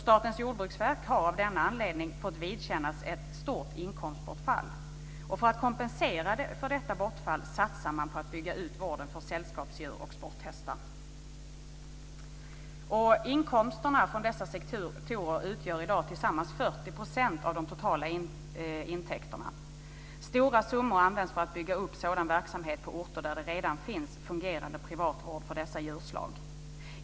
Statens jordbruksverk har av denna anledning fått vidkännas ett stort inkomstbortfall. För att kompensera för detta borfall satsar man på att bygga ut vården för sällskapsdjur och sporthästar. Inkomsterna från dessa sektorer utgör i dag tillsammans 40 % av de totala intäkterna. Stora summor används för att bygga upp sådan verksamhet på orter där det redan finns fungerande privat vård för dessa djurslag.